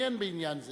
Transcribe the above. מתעניין בעניין זה